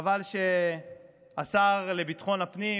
חבל שהשר לביטחון הפנים,